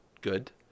good